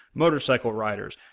motorcycle riders,